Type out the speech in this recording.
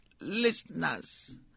listeners